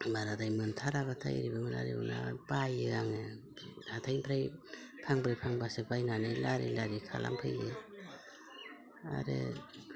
बाराद्राय मोनथाराबाथाय ओरैबो नङा ओरैबो नङा बायो आङो हाथायनिफ्राय फांब्रै फांबासो बायनानै लारि लारि खालामफैयो आरो